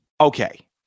Okay